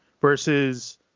versus